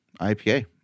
ipa